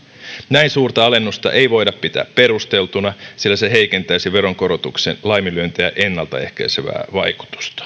näin suurta alennusta ei voida pitää perusteltuna sillä se heikentäisi veronkorotuksen laiminlyöntejä ennalta ehkäisevää vaikutusta